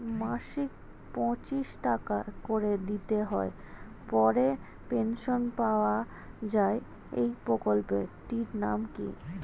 মাসিক পঁচিশ টাকা করে দিতে হয় পরে পেনশন পাওয়া যায় এই প্রকল্পে টির নাম কি?